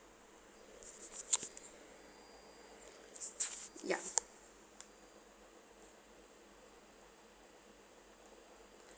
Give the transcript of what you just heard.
ya